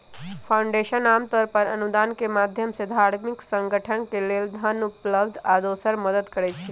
foundation आमतौर पर अनुदान के माधयम से धार्मिक संगठन के लेल धन उपलब्ध आ दोसर मदद करई छई